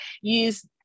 use